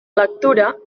lectura